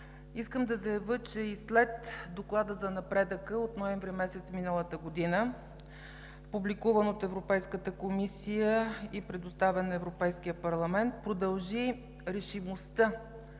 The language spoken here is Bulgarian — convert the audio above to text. Искам да заявя, че и след Доклада за напредъка от ноември месец миналата година, публикуван от Европейската комисия и предоставен на Европейския парламент, продължи решимостта